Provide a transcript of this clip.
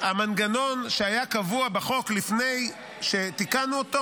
המנגנון שהיה קבוע בחוק לפני שתיקנו אותו